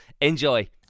Enjoy